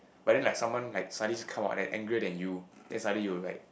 but then like someone likes suddenly comes out that angrier than you then suddenly you will like